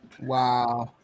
Wow